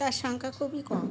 তার সংখ্যা খুবই কম